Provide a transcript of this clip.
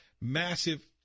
massive